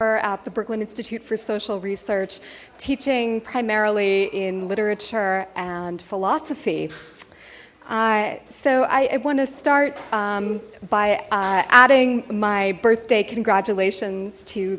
at the brooklyn institute for social research teaching primarily in literature and philosophy so i want to start by adding my birthday congratulations to